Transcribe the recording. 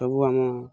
ସବୁ ଆମ